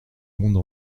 monde